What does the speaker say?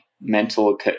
mental